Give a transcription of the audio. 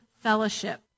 fellowship